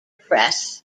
press